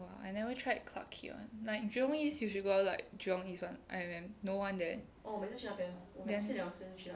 !wah! I never tried clarke quay [one] like jurong east you should go like jurong east [one] I_M_M no one there then